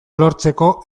lortzeko